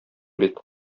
бит